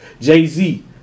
Jay-Z